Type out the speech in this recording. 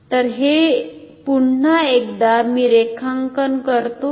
तर हे पुन्हा एकदा मी रेखांकन करतो